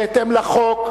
בהתאם לחוק,